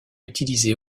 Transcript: utilisé